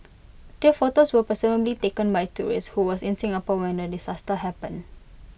the photos were presumably taken by A tourist who was in Singapore when the disaster happened